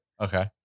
Okay